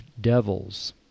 devils